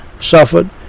suffered